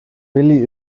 willy